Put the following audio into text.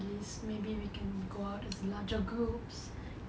at least maybe we can go out as larger groups